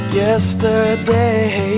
yesterday